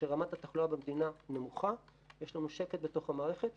שרמת התחלואה במדינה נמוכה יש לנו שקט בתוך המערכת.